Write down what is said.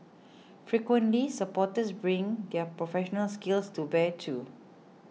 frequently supporters bring their professional skills to bear too